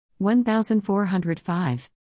1405